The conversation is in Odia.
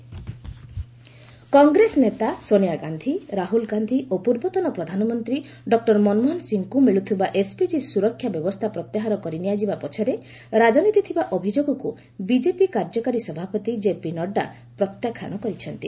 ଆର୍ଏସ୍ ଗାନ୍ଧି ଫାମିଲି କଂଗ୍ରେସ ନେତା ସୋନିଆ ଗାନ୍ଧି ରାହୁଲ ଗାନ୍ଧି ଓ ପୂର୍ବତନ ପ୍ରଧାନମନ୍ତ୍ରୀ ଡକ୍ଟର ମନମୋହନ ସିଂହଙ୍କୁ ମିଳୁଥିବା ଏସ୍ପିଜି ସୁରକ୍ଷା ବ୍ୟବସ୍ଥା ପ୍ରତ୍ୟାହାର କରିନିଆଯିବା ପଛରେ ରାଜନୀତି ଥିବା ଅଭିଯୋଗକୁ ବିକେପି କାର୍ଯ୍ୟକାରୀ ସଭାପତି କେପି ନଡ୍ଗା ପ୍ରତ୍ୟାଖ୍ୟାନ କରିଛନ୍ତି